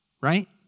right